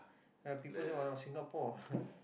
ah people say what ah Singapore